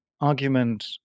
argument